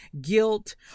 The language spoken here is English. guilt